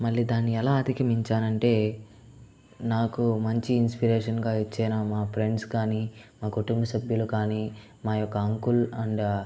మళ్ళీ దాన్ని ఎలా అధికమించానంటే నాకు మంచి ఇన్స్పిరేషన్ గా ఇచ్చిన మా ఫ్రెండ్స్ కాని మా కుటుంబ సభ్యులు కాని మా యొక్క అంకుల్ అండ్